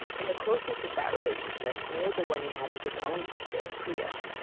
and the closeness of that relationship mirrored the one he had with his own sister, priya.